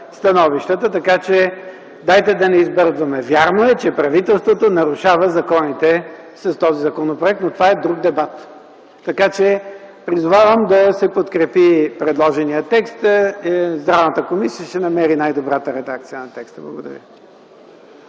становищата. Така че, дайте да не избързваме. Вярно е, че правителството нарушава законите с този законопроект, но това е друг дебат. Така че призовавам да се подкрепи предложеният текст, а Здравната комисия ще намери най-добрата редакция на текста. Благодаря.